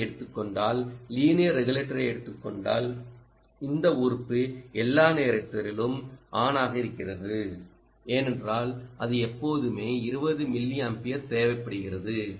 ஓவை எடுத்துக் கொண்டால் லீனியர் ரெகுலேட்டரை எடுத்துக் கொண்டால் இந்த உறுப்பு எல்லா நேரத்திலும் ஆன் ஆக இருக்கிறது ஏனென்றால் அது எப்போதுமே 20 மில்லியம்பியர் தேவைப்படுகிறது